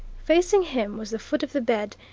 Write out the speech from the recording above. facing him was the foot of the bed,